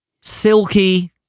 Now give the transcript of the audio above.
silky